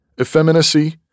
EFFEMINACY